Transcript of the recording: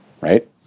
right